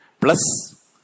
plus